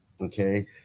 okay